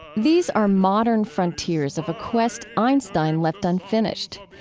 these are modern frontiers of a quest einstein left unfinished.